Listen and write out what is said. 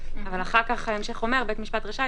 אבל אחר כך בהמשך נאמר: "בית המשפט רשאי,